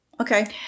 Okay